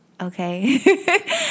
okay